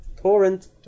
Torrent